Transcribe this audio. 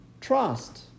trust